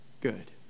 good